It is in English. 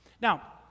Now